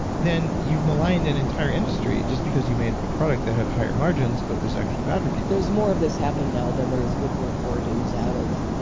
then, you've maligned an entire industry just because you've made a product that had higher margins but was actually bad for people there's more of this happening now than there is wood work for dudes out of. and